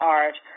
art